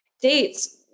Dates